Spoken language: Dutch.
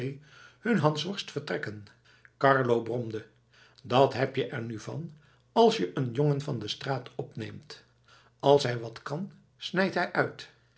hun hansworst vertrekken carlo bromde dat heb je er nu van als je een jongen van de straat opneemt als hij wat kan snijdt hij uit